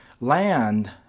land